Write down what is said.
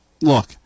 look